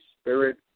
Spirit